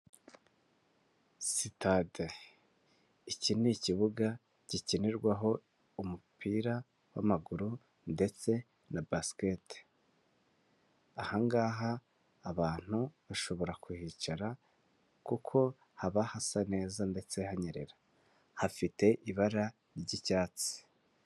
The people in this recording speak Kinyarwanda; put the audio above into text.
Sitade. Iki ni ikibuga gikinirwaho umupira w'amaguru ndetse na basikete. Aha ngaha abantu bashobora kuhicara kuko haba hasa neza ndetse hanyerera. Hafite ibara ry'icyatsi.